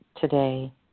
today